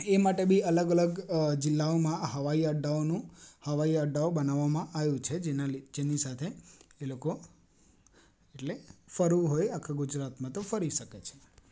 એ માટે બી અલગ અલગ જીલ્લાઓમાં હવાઈ અડ્ડાઓનું હવાઈ અડ્ડાઓ બનાવામાં આવ્યું છે જેની સાથે એ લોકો એટલે ફરવું હોય આખા ગુજરાતમાં તો ફરી શકે છે